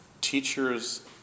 teachers